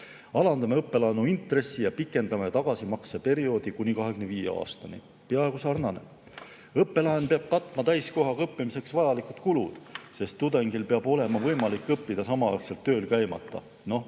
Alandame õppelaenu intressi ja pikendame tagasimakse perioodi kuni 25 aastani. [Peaaegu sarnane. – J. V.] Õppelaen peab katma täiskohaga õppimiseks vajalikud kulud, sest tudengil peab olema võimalik õppida samaaegselt tööl käimata."